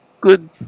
good